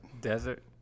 desert